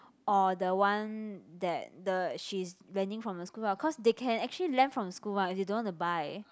or the one that the she's lending from the school ah cause they can actually lend from school one if they don't want to buy